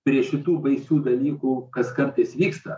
prie šitų baisių dalykų kas kartais vyksta